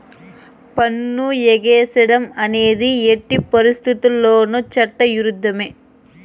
పన్ను ఎగేసేడం అనేది ఎట్టి పరిత్తితుల్లోనూ చట్ట ఇరుద్ధమే